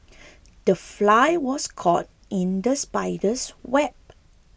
the fly was caught in the spider's web